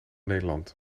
nederland